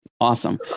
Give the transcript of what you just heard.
Awesome